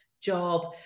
job